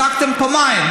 צעקתם פעמיים.